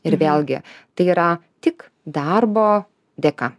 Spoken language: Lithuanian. ir vėlgi tai yra tik darbo dėka